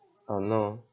oh no